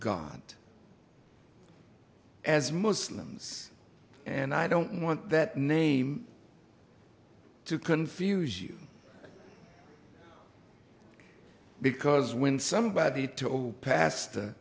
and as muslims and i don't want that name to confuse you because when somebody told pastor